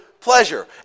pleasure